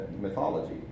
mythology